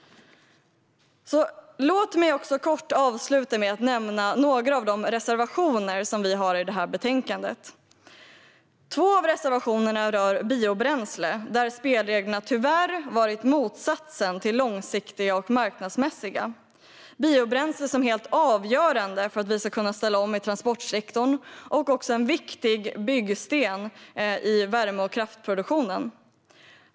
Låt mig också kort avsluta med att nämna några av de reservationer som Moderaterna har i betänkandet. Två av reservationerna rör biobränsle, där spelreglerna tyvärr varit motsatsen till långsiktiga och marknadsmässiga. Biobränsle är helt avgörande för att vi ska kunna ställa om i transportsektorn och är en viktig byggsten i värme och kraftproduktionen.